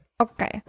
Okay